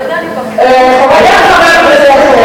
אני מנהלת את הישיבה,